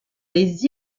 les